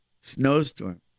snowstorm